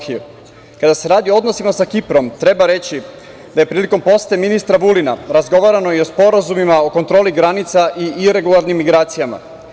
Kada se radi o odnosima sa Kiprom treba reći da je prilikom posete ministra Vulina razgovarano i o sporazumima o kontroli granica i iregularnim migracijama.